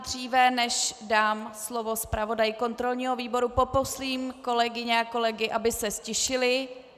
Dříve než dám slovo zpravodaji kontrolního výboru, poprosím kolegyně a kolegy, aby se ztišili.